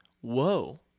whoa